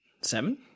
Seven